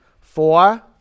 Four